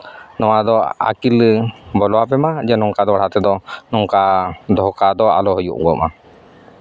ᱱᱚᱣᱟ ᱫᱚ ᱟᱹᱠᱤᱞ ᱵᱚᱞᱚ ᱟᱯᱮ ᱢᱟ ᱡᱮ ᱱᱚᱝᱠᱟ ᱫᱚ ᱟᱯᱮ ᱫᱚ ᱱᱚᱝᱠᱟ ᱫᱷᱳᱠᱟ ᱫᱚ ᱟᱞᱚ ᱦᱩᱭᱩᱜᱚᱜ ᱢᱟ